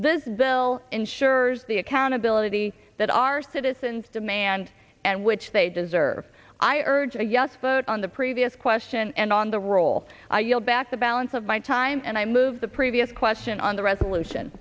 this bill insurer's the accountability that our citizens demand and which they deserve i urge a yes vote on the previous question and on the roll i yield back the balance of my time and i move the previous question on the resolution